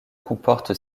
comporte